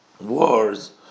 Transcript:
wars